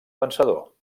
vencedor